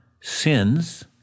sins